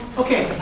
okay.